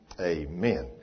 Amen